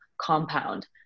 Compound